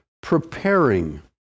preparing